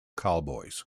cowboys